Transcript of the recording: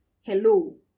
hello